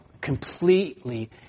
completely